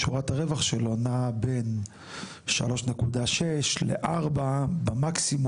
שורת הרווח שלו נעה בין 3.6 ל-4 במקסימום,